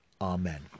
Amen